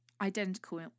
identical